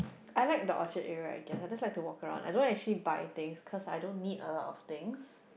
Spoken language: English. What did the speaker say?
I like the orchard area I guess I just like to walk around I don't actually buy things because I don't need a lot of things